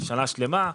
שנה שלמה,